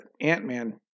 Ant-Man